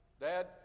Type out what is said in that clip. Dad